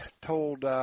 told